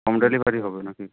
home delivery হবে নাকি